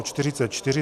44.